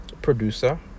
producer